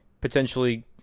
potentially